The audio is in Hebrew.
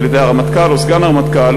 על-ידי הרמטכ"ל, או סגן הרמטכ"ל,